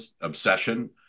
obsession